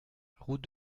route